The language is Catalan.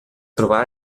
trobar